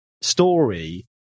story